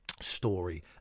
story